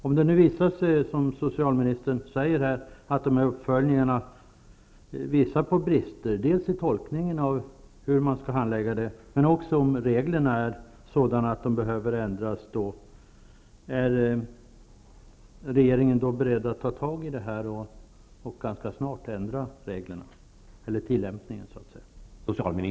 Om det nu visar sig vara på det sättet som socialministern säger, att dessa uppföljningar visar på brister när det gäller tolkningen av hur handläggningen skall göras eller om reglerna är sådana att de behöver ändras, är regeringen då beredd att ta tag i detta och ganska snart ändra reglerna eller tillämpningen av reglerna?